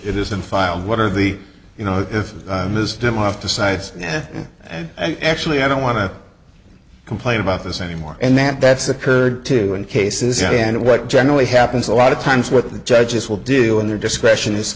it is and filed one of the you know if i missed him off the sides and actually i don't want to complain about this anymore and that that's occurred to and cases and what generally happens a lot of times what the judges will do in their discretion is